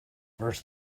first